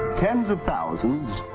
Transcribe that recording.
tens of thousands,